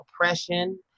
oppression